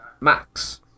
Max